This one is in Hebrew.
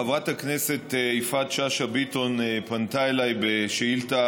חברת הכנסת יפעת שאשא ביטון פנתה אליי בשאילתה